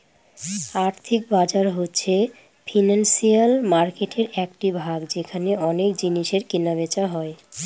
আর্থিক বাজার হচ্ছে ফিনান্সিয়াল মার্কেটের একটি ভাগ যেখানে অনেক জিনিসের কেনা বেচা হয়